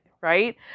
Right